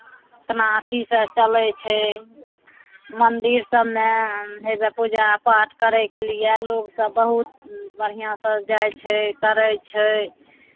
इतना अथिसँ चलै छै मन्दिर सभमे हउएह पूजा पाठ करयके लिए लोकसभ बहुत बढ़िआँसँ जाइ छै करै छै